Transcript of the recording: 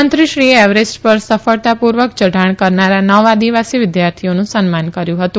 મંત્રીશ્રીએ એવરેસ પર સફળતાપુર્વક ચઢાણ કરનારા નવ આદિવાસી વિદ્યાર્થીઓનું સન્માન કર્યુ હતું